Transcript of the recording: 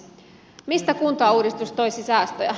mistä kuntauudistus toisi säästöjä